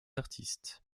artistes